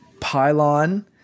pylon